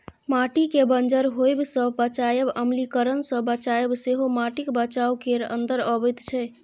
माटिकेँ बंजर होएब सँ बचाएब, अम्लीकरण सँ बचाएब सेहो माटिक बचाउ केर अंदर अबैत छै